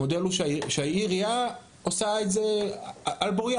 המודל הוא שהעירייה עושה את זה על בוריו,